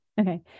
Okay